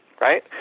right